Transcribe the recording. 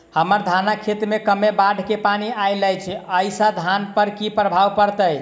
हम्मर धानक खेत मे कमे बाढ़ केँ पानि आइल अछि, ओय सँ धान पर की प्रभाव पड़तै?